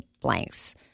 blanks